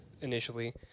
initially